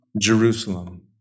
Jerusalem